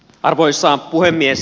arvoisa puhemies